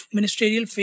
Ministerial